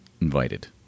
invited